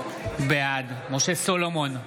בעד משה סולומון,